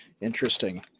interesting